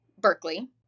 Berkeley